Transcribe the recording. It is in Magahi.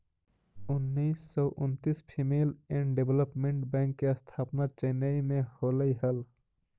उन्नीस सौ उन्नितिस फीमेल एंड डेवलपमेंट बैंक के स्थापना चेन्नई में होलइ हल